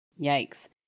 Yikes